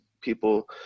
people